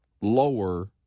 lower